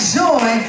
joy